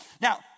Now